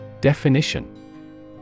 Definition